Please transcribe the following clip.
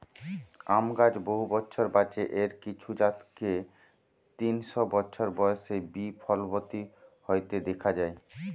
আম গাছ বহু বছর বাঁচে, এর কিছু জাতকে তিনশ বছর বয়সে বি ফলবতী হইতে দিখা যায়